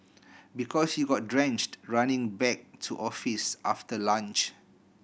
because you got drenched running back to office after lunch